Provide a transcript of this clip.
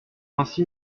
ainsi